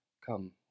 come